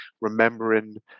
remembering